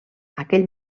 aquell